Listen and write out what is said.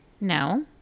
No